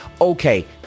okay